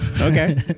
Okay